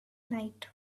night